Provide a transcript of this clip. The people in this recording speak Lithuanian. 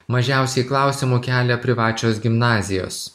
mažiausiai klausimų kelia privačios gimnazijos